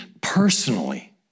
personally